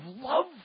love